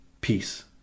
Peace